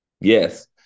Yes